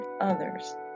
others